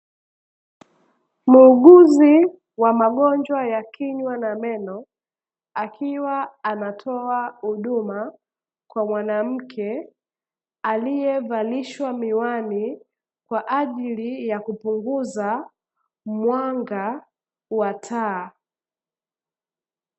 Muuguzi wa magonjwa ya kinywa na meno, akiwa anatoa huduma kwa mwanamke aliyevalishwa miwani kwa ajili ya kupunguza mwanga wa taa.